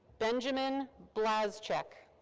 benjamin blaszczak.